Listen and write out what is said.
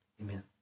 amen